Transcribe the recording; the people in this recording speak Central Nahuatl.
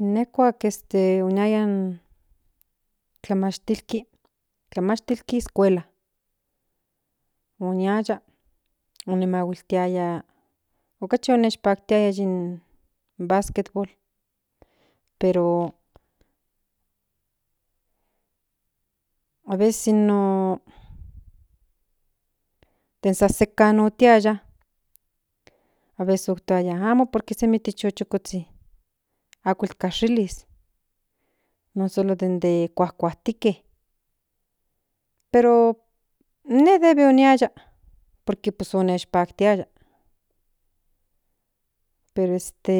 Ine kuak este oniaya in kuamastijke tlamashtilkis escuela oniaya o imahuiltiaya okachu okpatkiaya basketbool pero aveces in no den san senka otiaya aveces oktoaya amo por que semi zhukozhizhin ako kashilis non solo de kuakuajtike pero ine debe oniaya por que onikpaktiaya pero este